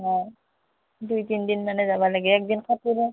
অঁ দুই তিনিদিন মানে যাব লাগে একদিন কাপোৰত